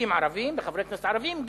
בנציגים ערבים, בחברי כנסת ערבים,